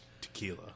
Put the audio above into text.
Tequila